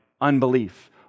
unbelief